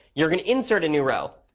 you're going to insert a new row.